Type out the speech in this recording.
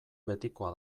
betikoa